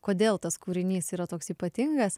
kodėl tas kūrinys yra toks ypatingas